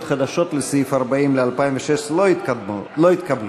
חדשות לסעיף 40 ל-2016 לא התקבלו.